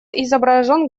изображен